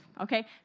okay